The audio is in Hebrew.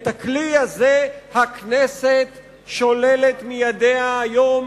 את הכלי הזה הכנסת שוללת מידיה היום,